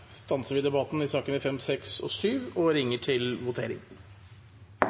stanser vi debatten om sakene nr. 5, 6 og 7, og ringer til votering.